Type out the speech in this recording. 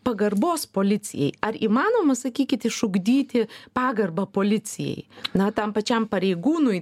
pagarbos policijai ar įmanoma sakykit išugdyti pagarbą policijai na tam pačiam pareigūnui